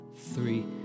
three